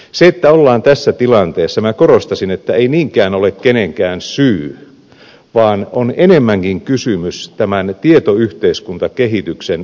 se että ollaan tässä tilanteessa minä korostaisin ei niinkään ole kenenkään syy vaan on enemmänkin kysymys tämän tietoyhteiskuntakehityksen etenemisestä